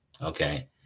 Okay